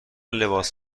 لباس